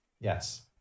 yes